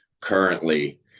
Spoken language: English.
currently